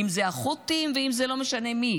אם זה החות'ים ואם זה לא משנה מי.